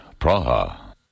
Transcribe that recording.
Praha